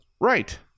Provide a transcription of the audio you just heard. right